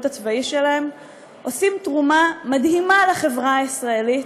הצבאי שלהם נותנים תרומה מדהימה לחברה הישראלית,